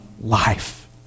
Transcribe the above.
life